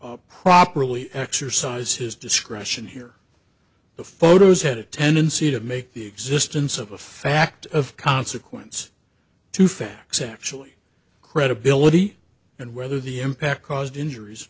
properly exercise his discretion here the photos had a tendency to make the existence of a fact of consequence to facts actually credibility and whether the impact caused injuries